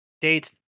dates